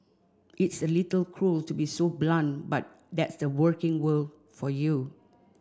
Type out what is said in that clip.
it's a little cruel to be so blunt but that's the working world for you